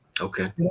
Okay